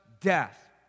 death